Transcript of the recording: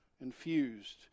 infused